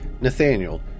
Nathaniel